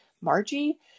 margie